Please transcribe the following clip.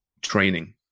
training